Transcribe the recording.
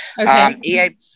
Okay